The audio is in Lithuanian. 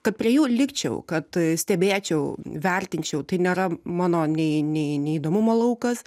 kad prie jų likčiau kad stebėčiau vertinčiau tai nėra mano nei nei nei įdomumo laukas